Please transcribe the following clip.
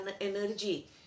energy